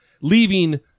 leaving